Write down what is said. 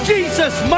Jesus